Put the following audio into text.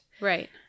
Right